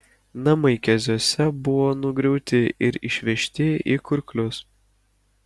namai keziuose buvo nugriauti ir išvežti į kurklius